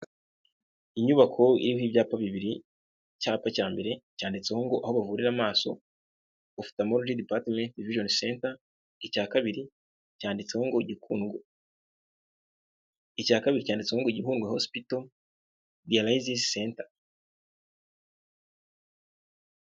Inyubako iriho ibyapa bibiri; icyapa cya mbere cyanditseho ngo " AHO BAVURIRA AMASO OPHTHALMOLOGY CENTER ", icya kabiri cyanditseho ngo "GIHUNDWE HOSPITAL DIALYSIS CENTER".